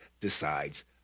decides